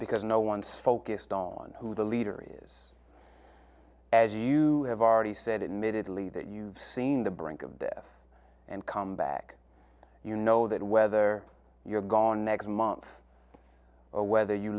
because no one's focused on who the leader is as you have already said in middle east that you've seen the brink of death and come back you know that whether you're gone next month or whether you